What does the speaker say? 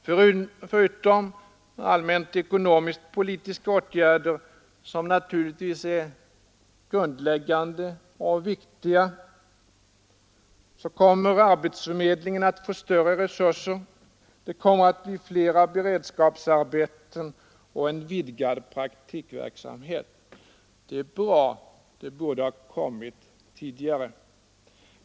Förutom allmänt ekonomiskt-politiska åtgärder, som naturligtvis är grundläggande och viktiga, kommer arbetsförmedlingen att få större resurser. Det kommer att bli flera beredskapsarbeten och en vidgad praktikverksamhet. Det är bra — det borde ha kommit tidigare.